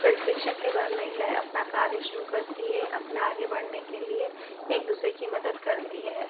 प्रशिक्षण के बाद महिलाएं अपना कार्य शुरू करती हैं अपना आगे बढ़ने के लिए एक दुसरे की मदद करती है